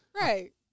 Right